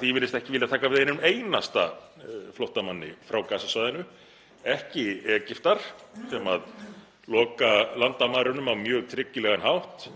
því er virðist ekki viljað taka við einum einasta flóttamanni frá Gaza-svæðinu, ekki Egyptar sem loka landamærunum á mjög tryggilegan hátt,